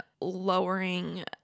lowering